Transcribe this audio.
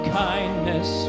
kindness